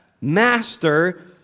Master